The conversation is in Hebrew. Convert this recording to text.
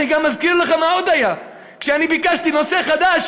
אני גם אזכיר לך מה עוד היה: כשאני ביקשתי נושא חדש,